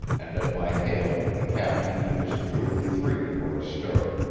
and at my hail the captain and his crew of three were astir.